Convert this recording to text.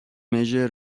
مژر